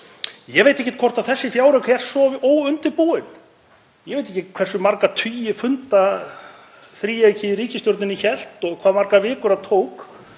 Ég veit ekki hvort þessi fjárauki er svo óundirbúinn. Ég veit ekki hversu marga tugi funda þríeykið í ríkisstjórninni hélt og hve margar vikur það tók,